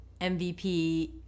MVP